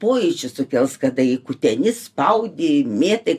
pojūčių sukels kada jį kuteni spaudi mėti